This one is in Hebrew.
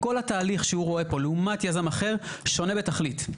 כל התהליך שהוא רואה פה לעומת יזם אחר שונה בתכלית.